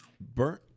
burn